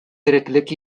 тереклек